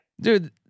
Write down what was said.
dude